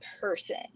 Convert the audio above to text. person